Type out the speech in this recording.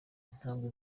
intambwe